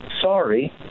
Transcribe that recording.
sorry